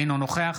אינו נוכח